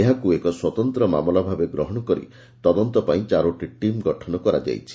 ଏହାକୁ ଏକ ସ୍ୱତନ୍ତ ମାମଲା ଭାବେ ଗ୍ରହଶ କରି ତଦନ୍ତ ପାଇଁ ଚାରୋଟି ଟିମ୍ ଗଠନ କରାଯାଇଛି